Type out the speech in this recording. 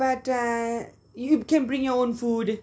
but uh you can bring your own food